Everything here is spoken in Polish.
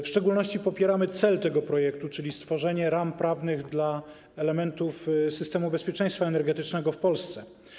W szczególności popieramy cel tego projektu, czyli stworzenie ram prawnych dla elementów systemu bezpieczeństwa energetycznego w Polsce.